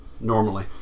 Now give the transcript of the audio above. Normally